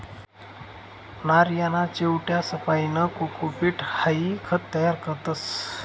नारयना चिवट्यासपाईन कोकोपीट हाई खत तयार करतस